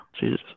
Jesus